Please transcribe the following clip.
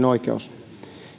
oikeus